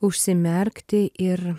užsimerkti ir